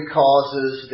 causes